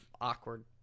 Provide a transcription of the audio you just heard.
awkward